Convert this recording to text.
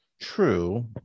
True